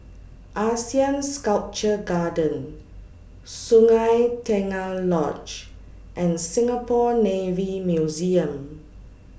Asean Sculpture Garden Sungei Tengah Lodge and Singapore Navy Museum